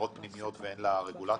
למטרות פנימיות ולרגולטור?